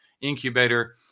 incubator